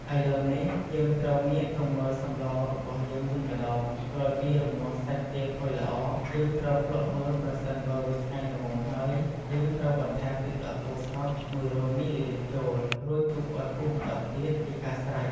ឥឡូវនេះ យើងត្រូវងាកទៅមើលសម្លរបស់យើងវិញម្ដង ក្រោយពីរំងាស់សាច់ទាផុយល្អ យើងត្រូវភ្លក់មើលប្រសិនបើវាឆ្ងាញ់ល្មមហើយ យើងត្រូវបន្ថែមទឹកដោះគោស្រស់ ១០០មីលីលីត្រចូល រួចទុកឱ្យពុះម្ដងទៀតជាការស្រេច។